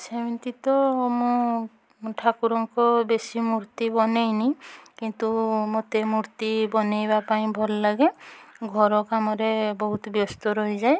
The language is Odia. ସେମିତି ତ ମୁଁ ମୁଁ ଠାକୁରଙ୍କ ବେଶୀ ମୂର୍ତ୍ତି ବନାଇନି କିନ୍ତୁ ମୋତେ ମୂର୍ତ୍ତି ବନାଇବା ପାଇଁ ଭଲ ଲାଗେ ଘର କାମରେ ବହୁତ ବ୍ୟସ୍ତ ରହିଯାଏ